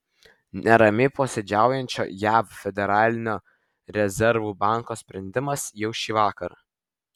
neramiai posėdžiaujančio jav federalinio rezervų banko sprendimas jau šįvakar